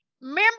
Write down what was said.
member